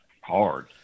hard